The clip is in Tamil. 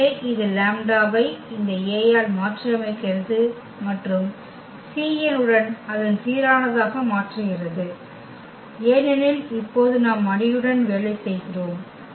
எனவே இது λ ஐ இந்த A ஆல் மாற்றியமைக்கிறது மற்றும் cn உடன் அதை சீரானதாக மாற்றுகிறது ஏனெனில் இப்போது நாம் அணியுடன் வேலை செய்கிறோம்